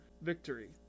victory